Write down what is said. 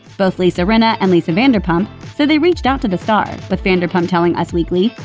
both lisa rinna and lisa vanderpump said they reached out to the star, with vanderpump telling us weekly,